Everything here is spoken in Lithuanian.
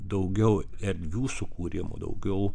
daugiau erdvių sukūrimo daugiau